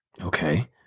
Okay